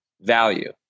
value